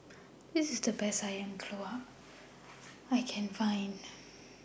This IS The Best Ayam Buah Keluak that I Can Find